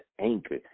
anchor